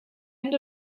end